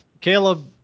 Caleb